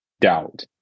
Doubt